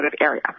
area